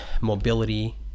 mobility